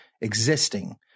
existing